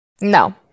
No